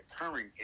occurring